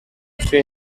see